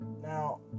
Now